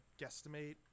guesstimate